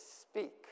speak